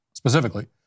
specifically